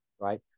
right